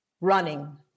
running